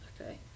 Okay